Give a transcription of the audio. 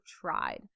tried